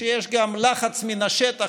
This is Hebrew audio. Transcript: כשיש גם לחץ מן השטח,